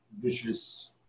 vicious